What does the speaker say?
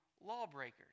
lawbreakers